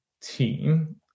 team